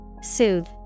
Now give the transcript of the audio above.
Soothe